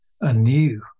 anew